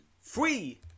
Free